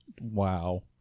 Wow